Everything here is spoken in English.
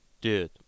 dude